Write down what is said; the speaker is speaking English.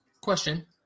Question